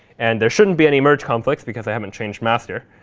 and there shouldn't be any merge conflicts because i haven't changed master.